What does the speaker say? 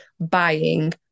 buying